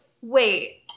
wait